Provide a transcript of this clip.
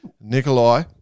Nikolai